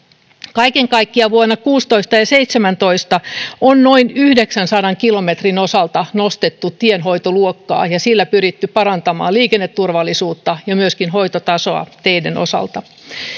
kaiken kaikkiaan vuonna kuusitoista ja seitsemäntoista on noin yhdeksänsadan kilometrin osalta nostettu tienhoitoluokkaa ja sillä pyritty parantamaan liikenneturvallisuutta ja myöskin hoitotasoa teiden osalta